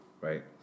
right